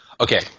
okay